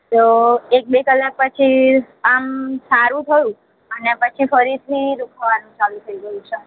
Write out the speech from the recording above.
તો એક બે કલાક પછી આમ સારું થયું અને પછી ફરીથી દુઃખવાનું ચાલું થઈ ગયું છે